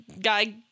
guy